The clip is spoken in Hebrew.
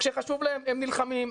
כשחשוב להם הם נלחמים,